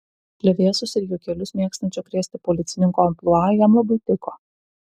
plevėsos ir juokelius mėgstančio krėsti policininko amplua jam labai tiko